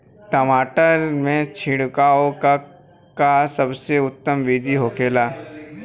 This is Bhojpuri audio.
टमाटर में छिड़काव का सबसे उत्तम बिदी का होखेला?